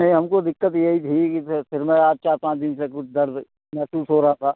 नहीं हमको दिक़्क़त यही थी सिर में आज चार पाँच दिन से कुछ दर्द महसूस हो रहा था